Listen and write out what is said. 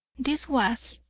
this was,